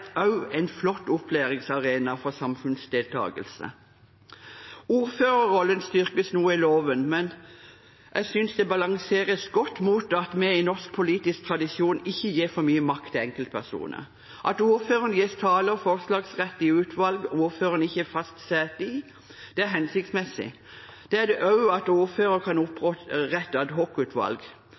også en flott opplæringsarena for samfunnsdeltagelse. Ordførerrollen styrkes noe i loven, men jeg synes det balanseres godt mot at vi i norsk politisk tradisjon ikke gir for mye makt til enkeltpersoner. At ordføreren gis tale- og forslagsrett i utvalg ordføreren ikke har fast sete i, er hensiktsmessig. Det er det også at ordføreren kan